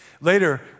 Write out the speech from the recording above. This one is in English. Later